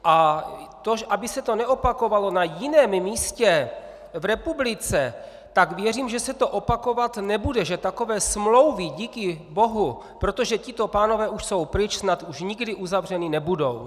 A aby se to neopakovalo na jiném místě v republice, tak věřím, že se to opakovat nebude, že takové smlouvy díky bohu, protože tito pánové už jsou pryč, snad už nikdy uzavřeny nebudou.